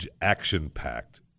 action-packed